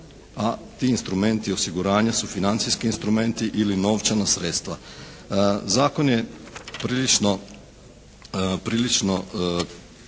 a ti instrumenti osiguranja su financijski instrumenti ili novčana sredstva. Zakon je prilično